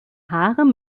haare